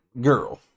girl